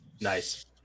Nice